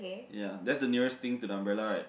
ya that's the nearest thing to the umbrella right